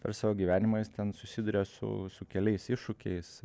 per savo gyvenimą jis ten susiduria su su keliais iššūkiais